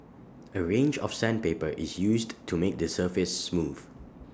A range of sandpaper is used to make the surface smooth